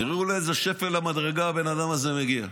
תראו לאיזה שפל המדרגה הבן אדם הזה מגיע.